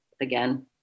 Again